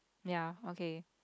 ya okay